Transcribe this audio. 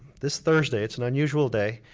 this thursday, it's an unusual day,